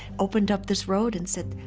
opened up this road and said,